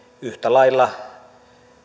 yhtä lailla